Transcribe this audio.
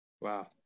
wow